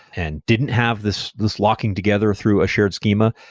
and didn't have this this locking together through a shared schema.